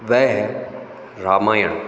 वह है रामायण